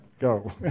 go